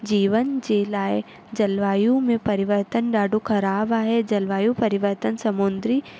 जीवन जे लाइ जलवायु में परिवर्तन ॾाढो ख़राब आहे जलवायु परिवर्तन समुंद्री